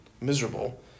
miserable